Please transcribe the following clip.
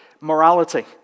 morality